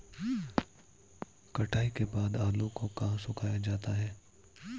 कटाई के बाद आलू को कहाँ सुखाया जाता है?